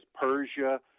Persia